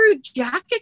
jacket